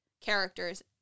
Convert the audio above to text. characters